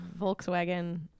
Volkswagen